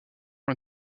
ont